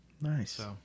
Nice